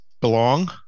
belong